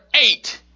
eight